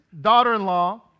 daughter-in-law